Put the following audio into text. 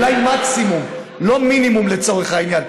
לצורך העניין.